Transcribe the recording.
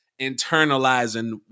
internalizing